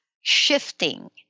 shifting